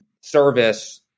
service